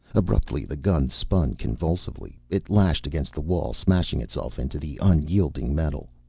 abruptly the gun spun convulsively. it lashed against the wall, smashing itself into the unyielding metal.